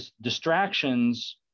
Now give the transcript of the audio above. distractions